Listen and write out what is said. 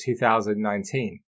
2019